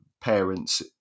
parents